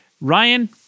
ryan